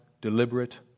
deliberate